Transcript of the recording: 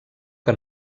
que